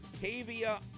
Tavia